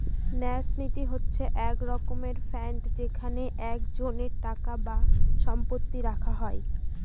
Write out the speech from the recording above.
ন্যাস নীতি হচ্ছে এক রকমের ফান্ড যেখানে একজনের টাকা বা সম্পত্তি রাখা হয়